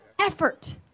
effort